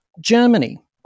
Germany